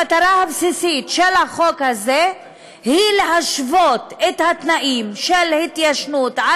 המטרה הבסיסית של החוק הזה היא להשוות את תנאים ההתיישנות של